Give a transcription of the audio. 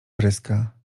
pryska